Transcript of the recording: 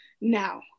now